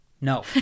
no